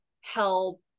help